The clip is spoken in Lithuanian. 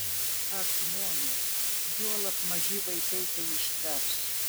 ar žmonės juolab maži vaikai tai ištvers